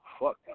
Fuck